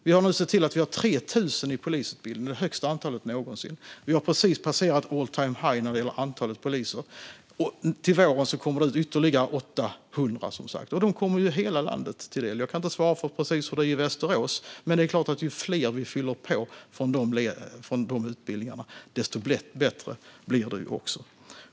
Vi har nu sett till att vi har 3 000 i polisutbildningen. Det är det högsta antalet någonsin. Vi har precis passerat all-time-high när det gäller antalet poliser, och till våren kommer det som sagt ytterligare 800. De kommer hela landet till del. Jag kan inte svara på precis hur det är i Västerås, men det är klart att ju fler vi fyller på med från utbildningarna, desto bättre blir det.